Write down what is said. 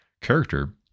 character